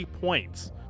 points